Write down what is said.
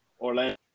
Orlando